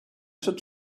should